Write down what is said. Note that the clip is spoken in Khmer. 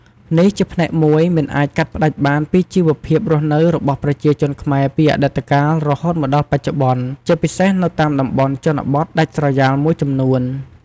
នេះជាផ្នែកមួយមិនអាចកាត់ផ្ដាច់បានពីជីវភាពរស់នៅរបស់ប្រជាជនខ្មែរពីអតីតកាលរហូតមកដល់បច្ចុប្បន្ន ជាពិសេសនៅតាមតំបន់ជនបទដាច់ស្រយាលមួយចំនួន។